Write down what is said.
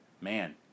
Man